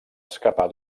escapar